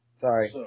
Sorry